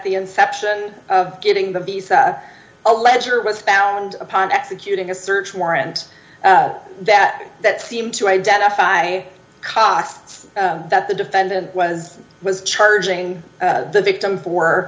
the inception of getting the visa a ledger was found upon executing a search warrant that that seem to identify costs that the defendant was was charging the victim for